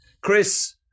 Chris